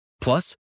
Plus